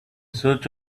search